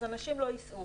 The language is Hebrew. אנשים לא ייסעו.